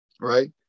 right